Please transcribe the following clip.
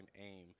aim